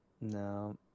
no